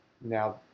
Now